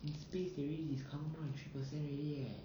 in space already they discover more than three percent already eh